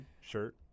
shirt